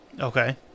Okay